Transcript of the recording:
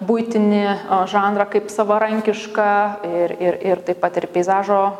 buitinį žanrą kaip savarankišką ir ir ir taip pat ir peizažo